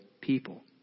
people